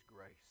grace